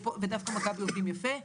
ודווקא מכבי עובדים יפה,